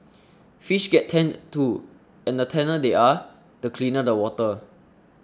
fish get tanned too and the tanner they are the cleaner the water